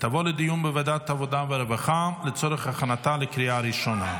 ותעבור לדיון בוועדת העבודה והרווחה לצורך הכנתה לקריאה ראשונה.